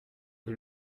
est